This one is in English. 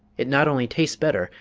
it not only tastes better,